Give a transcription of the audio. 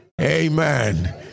Amen